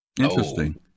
Interesting